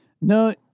No